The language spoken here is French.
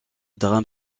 drame